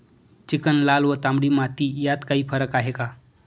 Chicken, लाल व तांबडी माती यात काही फरक आहे का?